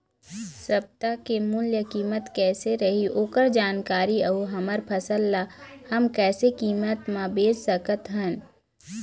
सप्ता के मूल्य कीमत कैसे रही ओकर जानकारी अऊ हमर फसल ला हम कैसे कीमत मा बेच सकत हन?